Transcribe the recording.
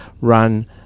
run